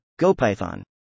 GoPython